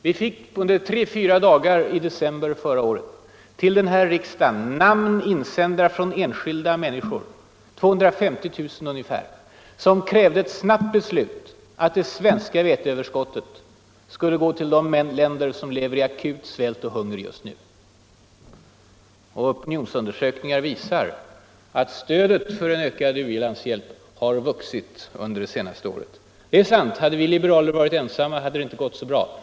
Vi fick under tre fyra dagar i december förra året till den här riksdagen namn insända från enskilda människor — ungefär 250 000 — som krävde ett snabbt beslut om att det svenska veteöverskottet skulle gå till de länder som lever i akut svält och hunger just nu. Opinionsundersökningar visar att stödet för en ökad u-landshjälp har vuxit under det senaste året. Det är därför sant att det inte skulle gått så bra om vi liberaler hade varit ensamma.